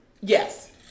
Yes